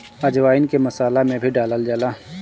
अजवाईन के मसाला में भी डालल जाला